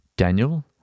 Daniel